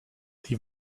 die